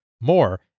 More